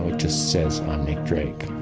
it just says on nick drake